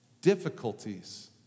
difficulties